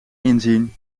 inzien